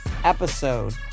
episode